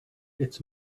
its